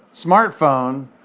smartphone